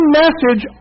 message